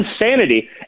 insanity